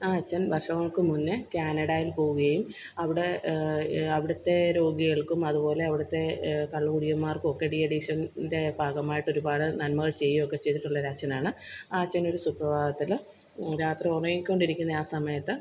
ആ അച്ചന് വര്ഷങ്ങള്ക്കു മുന്നെ കാനഡയില് പോകുകയും അവിടെ അവിടുത്തെ രോഗികള്ക്കും അതുപോലെ അവിടുത്തെ കള്ളുകുടിയന്മാര്ക്കും ഒക്കെ ഡീഅഡിക്ഷന്റെ ൻ്റെ ഭാഗമായിട്ട് ഒരുപാട് നന്മകള് ചെയ്യുകയൊക്കെ ചെയ്തിട്ടുള്ള ഒരു അച്ചനാണ് ആ അച്ചനു ഒരു സുപ്രഭാതത്തിൽ രാത്രി ഉറങ്ങിക്കൊണ്ടിരിക്കുന്ന ആ സമയത്ത്